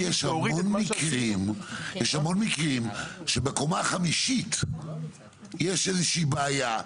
יש המון מקרים שבקומה החמישית יש איזושהי בעיה,